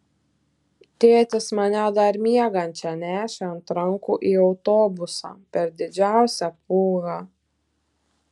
tėtis mane dar miegančią nešė ant rankų į autobusą per didžiausią pūgą